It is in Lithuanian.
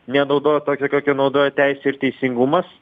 nenaudojo tokio kokio naudojo teisė ir teisingumas